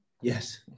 Yes